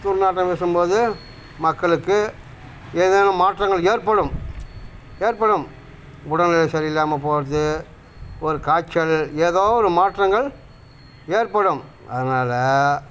துர்நாற்றம் வீசும்போது மக்களுக்கு ஏதேனும் மாற்றங்கள் ஏற்படும் ஏற்படும் உடல்நிலை சரியில்லாமல் போவது ஒரு காய்ச்சல் ஏதோ ஒரு மாற்றங்கள் ஏற்படும் அதனால்